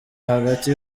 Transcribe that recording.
hagati